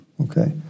Okay